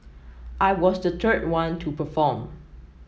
I was the third one to perform